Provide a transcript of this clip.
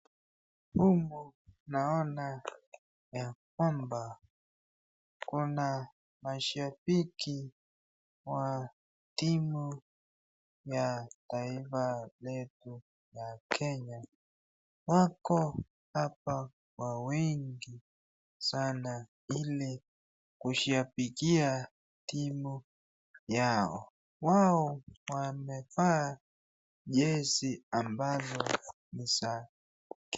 Humu naona ya kwamba kuna mashabiki wa timu ya taifa letu ya Kenya, wako hapa kwa wingi sana ili kushabikia timu yao, wao wamevaa jezi ambazo ni za......